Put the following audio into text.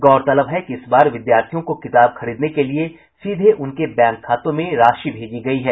गौरतलब है कि इस बार विद्यार्थियों को किताब खरीदने के लिये सीधे उनके बैंक खातों में राशि भेजी गयी है